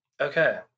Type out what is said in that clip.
Okay